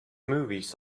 movies